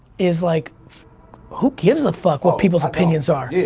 is like who gives a fuck what people's opinions are?